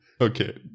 okay